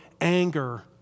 anger